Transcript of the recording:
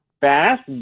fast